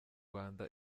rwanda